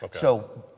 like so,